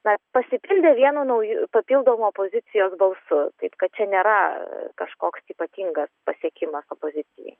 na pasipildė vienu nauju papildomu opozicijos balsu taip kad čia nėra kažkoks ypatingas pasiekimas opozicijai